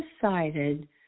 decided